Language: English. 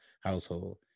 household